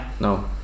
No